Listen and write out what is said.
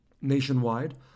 Nationwide